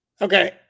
Okay